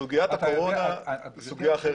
סוגייתה קורונה היא סוגיה אחרת.